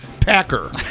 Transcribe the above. Packer